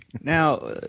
Now